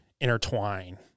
intertwine